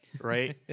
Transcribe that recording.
right